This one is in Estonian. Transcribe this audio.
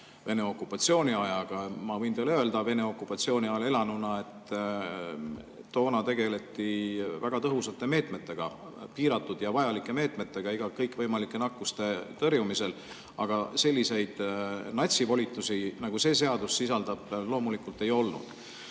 Vene okupatsiooni ajaga. Ma võin teile Vene okupatsiooni ajal elanuna öelda, et toona tegeleti väga tõhusate meetmetega, piiratud ja vajalike meetmetega kõikvõimalike nakkuste tõrjumisel, aga selliseid natsivolitusi, nagu see seadus sisaldab, loomulikult ei olnud.